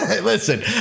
Listen